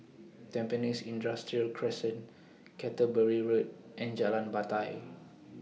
Tampines Industrial Crescent Canterbury Road and Jalan Batai